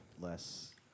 less